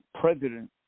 president